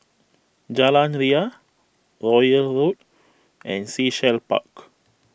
Jalan Ria Royal Road and Sea Shell Park